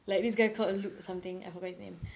like this guy called luke or something I forgot his name